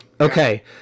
Okay